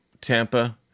tampa